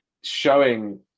showing